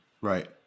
Right